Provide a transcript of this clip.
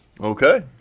Okay